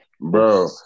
Bro